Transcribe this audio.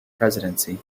presidency